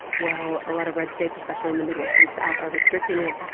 while a lot of red states, especially in the midwest and south, are restricting it.